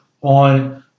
on